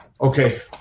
Okay